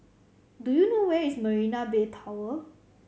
do you know where is Marina Bay Tower